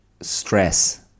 stress